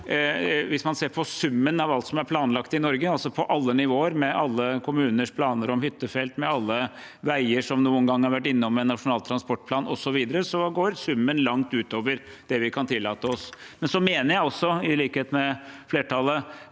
Hvis man ser på summen av alt som er planlagt i Norge, altså på alle nivåer og med alle kommuners planer om hyttefelt, med alle veier som noen gang har vært innom en nasjonal transportplan, osv., går summen langt utover det vi kan tillate oss. Jeg mener også, i likhet med flertallet,